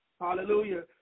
hallelujah